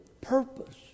purpose